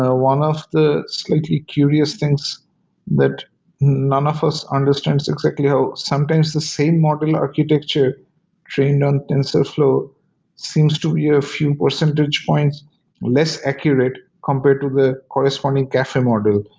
ah one of the slightly curious things that none of us understands exactly how, sometimes the same model architecture trained on tensorflow seems to be a few percentage points less accurate compared to the corresponding cafe model.